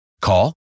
Call